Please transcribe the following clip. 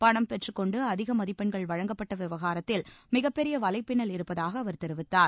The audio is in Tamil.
பணம் பெற்றுக் கொண்டு அதிக மதிப்பெண்கள் வழங்கப்பட்ட விவகாரத்தில் மிகப் பெரிய வலைபின்னல் இருப்பதாக அவர் தெரிவித்தார்